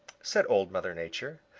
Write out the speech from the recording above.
said old mother nature.